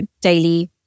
daily